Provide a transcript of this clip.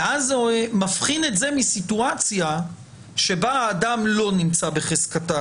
אז זה מבחין את זה מסיטואציה שבה אדם לא נמצא בחזקתה